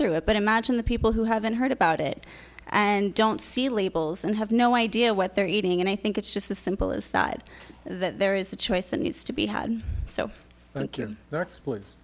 through it but imagine the people who haven't heard about it and don't see labels and have no idea what they're eating and i think it's just as simple as that that there is a choice that needs to be had so